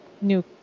new